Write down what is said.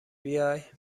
بیای